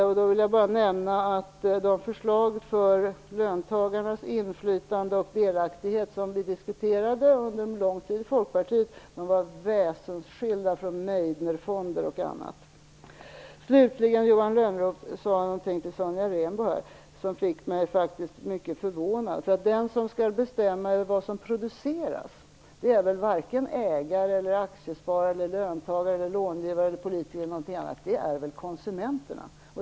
Jag vill bara nämna att de förslag om löntagarnas inflytande och delaktighet som vi diskuterade i folkpartiet var väsensskilda från Meidnerfonder o.dyl. Johan Lönnroth sade något till Sonja Rembo som gjorde mig mycket förvånad. Den som skall bestämma över vad som produceras är väl varken ägare, aktiesparare, löntagare, långivare eller politiker? Det är väl konsumenterna?